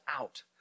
out